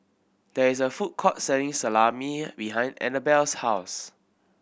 there is a food court selling Salami behind Annabel's house